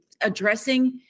addressing